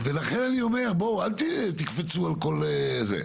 ולכן, אני אומר, בואו, אל תקפצו על כל דבר.